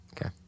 Okay